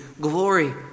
glory